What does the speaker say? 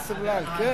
תהיה סבלן, כן.